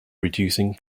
reducing